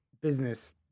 business